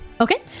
Okay